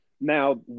Now